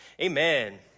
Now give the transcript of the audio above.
Amen